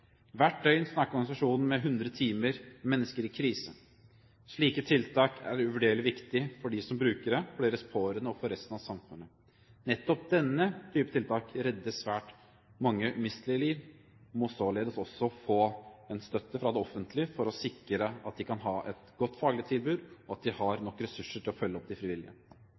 med mennesker i krise. Slike tiltak er uvurderlig viktig, for dem som bruker det, for deres pårørende og for resten av samfunnet. Nettopp denne type tiltak redder svært mange umistelige liv, og må således også få en støtte fra det offentlige for å sikre at de kan ha et godt faglig tilbud, og at de har nok ressurser til å følge opp de frivillige.